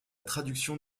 traduction